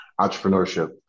entrepreneurship